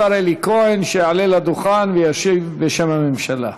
השר אלי כהן יעלה לדוכן וישיב בשם הממשלה.